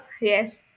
Yes